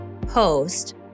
post